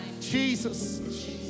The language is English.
Jesus